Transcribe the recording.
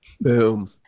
boom